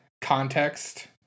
context